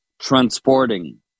transporting